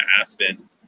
Aspen